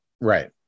Right